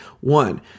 One